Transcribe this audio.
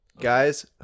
Guys